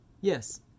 Yes